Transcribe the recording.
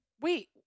Wait